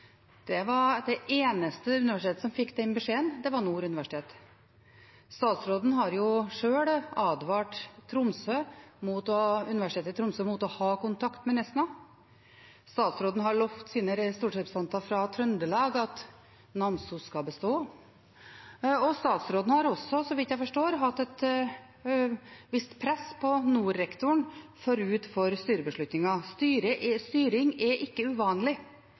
Det eneste universitetet som fikk den beskjeden, var Nord universitet. Statsråden har sjøl advart Universitetet i Tromsø mot å ha kontakt med Nesna. Statsråden har lovet sine stortingsrepresentanter fra Trøndelag at Namsos skal bestå, og statsråden har også, så vidt jeg forstår, lagt et visst press på Nord-rektoren forut for styrebeslutningen. Styring er ikke uvanlig.